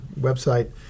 website